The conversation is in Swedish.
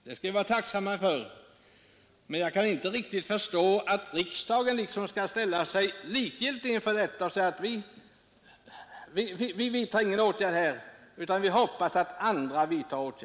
Jag kan därför inte förstå att riksdagen skall ställa sig likgiltig och säga att den inte vill vidta någon åtgärd utan i stället hoppas att andra gör något.